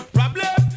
Problem